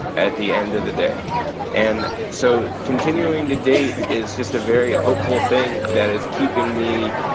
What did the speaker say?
at the end of the day and so continuing to date is just a very hopeful thing that is keeping me.